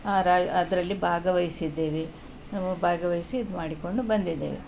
ಅದರಲ್ಲಿ ಭಾಗವಹಿಸಿದ್ದೇವೆ ನಾವು ಭಾಗವಹಿಸಿ ಇದು ಮಾಡಿಕೊಂಡು ಬಂದಿದ್ದೇವೆ